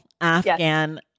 Afghan